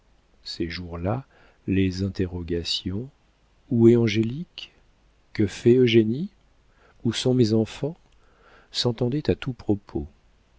ces jours-là les interrogations où est angélique que fait eugénie où sont mes enfants s'entendaient à tout propos